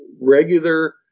regular